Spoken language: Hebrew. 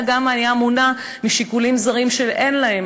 אלא הוא גם היה מונע משיקולים זרים שאין להם